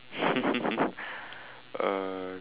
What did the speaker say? uh